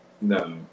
No